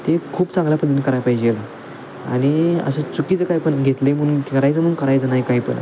ते खूप चांगल्या पद्धतीनं कराय पाहिजेल आणि असं चुकीचं काय पण घेतले म्हणून करायचं म्हणून करायचं नाही काय पण